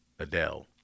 Adele